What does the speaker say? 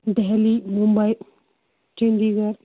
Delhi Mumbai چٔنٛدی Garh